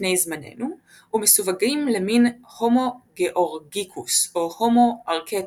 לפני זמננו ומסווגים למין הומו גאורגיקוס או הומו ארקטוס,